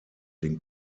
den